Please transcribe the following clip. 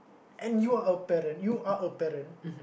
and you are a parent you are a parent